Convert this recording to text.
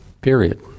period